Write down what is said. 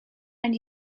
and